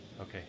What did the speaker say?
Okay